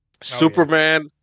Superman